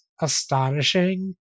astonishing